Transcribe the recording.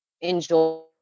enjoy